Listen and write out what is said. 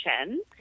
Chen